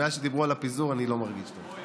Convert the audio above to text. מאז שדיברו על הפיזור אני לא מרגיש טוב.